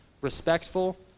respectful